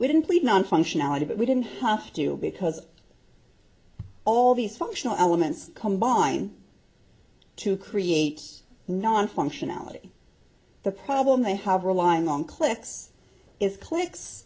we didn't plead not functionality but we didn't have to because all these functional elements combine to create non functionality the problem they have relying on clicks is clicks